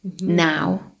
now